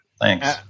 Thanks